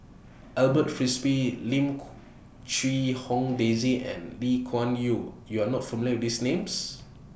Alfred Frisby Lim Quee Hong Daisy and Lee Kuan Yew YOU Are not familiar with These Names